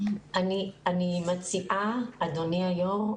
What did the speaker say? אני מציעה אדוני היו"ר,